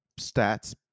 stats